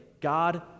God